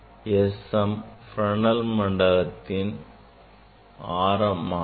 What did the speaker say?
sm Fresnel மண்டலத்தின் ஆரமாகும்